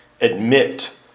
admit